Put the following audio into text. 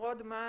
נמרוד מאי.